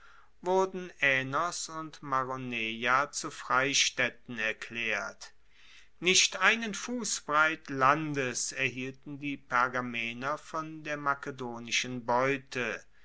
wurden aenos und maroneia zu freistaedten erklaert nicht einen fussbreit landes erhielten die pergamener von der makedonischen beute